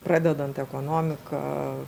pradedant ekonomika